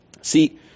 See